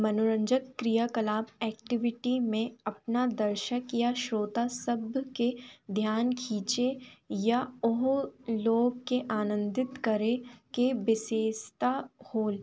मनोरंजक क्रियाकलाप एक्टिविटी में अपने दर्शक या स्रोता शब्द के ध्यान खींचे या वह लोग को आनंदित करने की विशेषता है